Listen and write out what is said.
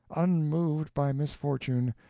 unmoved by misfortune,